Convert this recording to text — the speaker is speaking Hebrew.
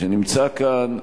שנמצא כאן,